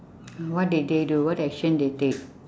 what did they do what action they take